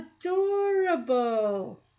adorable